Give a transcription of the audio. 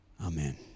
Amen